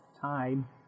time